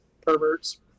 Perverts